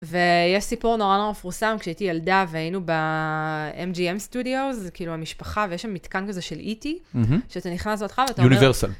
ויש סיפור נורא נורא מפורסם, כשהייתי ילדה והיינו ב-MGM Studios, זה כאילו המשפחה, ויש שם מתקן כזה של E.T. אה הא, Universal, שאתה נכנס ואתה אומר...